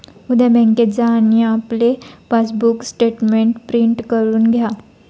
उद्या बँकेत जा आणि आपले पासबुक स्टेटमेंट प्रिंट करून घ्या